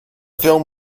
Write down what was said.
film